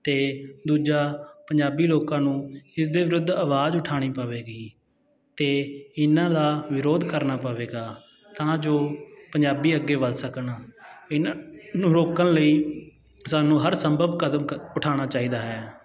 ਅਤੇ ਦੂਜਾ ਪੰਜਾਬੀ ਲੋਕਾਂ ਨੂੰ ਇਸ ਦੇ ਵਿਰੁੱਧ ਆਵਾਜ਼ ਉਠਾਉਣੀ ਪਵੇਗੀ ਅਤੇ ਇਹਨਾਂ ਦਾ ਵਿਰੋਧ ਕਰਨਾ ਪਵੇਗਾ ਤਾਂ ਜੋ ਪੰਜਾਬੀ ਅੱਗੇ ਵੱਧ ਸਕਣ ਇਨ ਇਹਨੂੰ ਰੋਕਣ ਲਈ ਸਾਨੂੰ ਹਰ ਸੰਭਵ ਕਦਮ ਕ ਉਠਾਉਣਾ ਚਾਹੀਦਾ ਹੈ